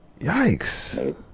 yikes